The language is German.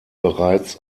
bereits